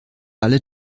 alle